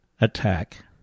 attack